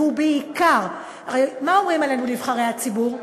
והוא בעיקר, הרי מה אומרים עלינו, נבחרי הציבור?